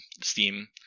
Steam